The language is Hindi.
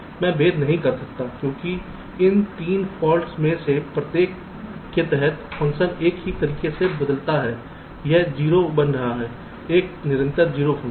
मैं भेद नहीं कर सकता क्योंकि इन तीन फॉल्ट्स में से प्रत्येक के तहत फ़ंक्शन एक ही तरीके से बदलता है यह 0 बन रहा है एक निरंतर 0 फ़ंक्शन